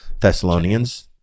Thessalonians